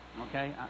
okay